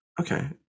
okay